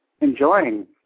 enjoying